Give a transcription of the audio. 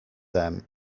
them